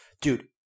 Dude